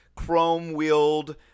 chrome-wheeled